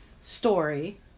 story